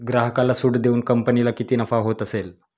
ग्राहकाला सूट देऊन कंपनीला किती नफा होत असेल